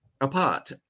apart